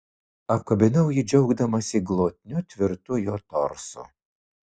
apkabinau jį džiaugdamasi glotniu tvirtu jo torsu